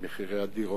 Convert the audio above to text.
ומחירי הדירות,